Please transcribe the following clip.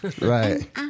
Right